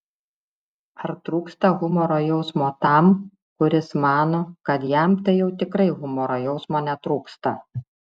ar trūksta humoro jausmo tam kuris mano kad jam tai jau tikrai humoro jausmo netrūksta